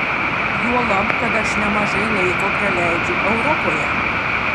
juolab kad aš nemažai laiko praleidžiu europoje